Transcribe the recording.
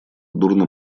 дурно